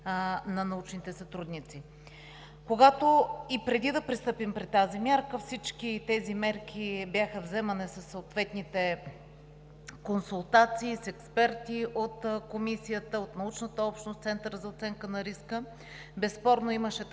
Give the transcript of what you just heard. на научните сътрудници. Когато и преди да пристъпим при тази мярка, всички тези мерки бяха вземани със съответните консултации, с експерти от Комисията, от научната общност, Центъра за оценка на риска. Безспорно имаше такава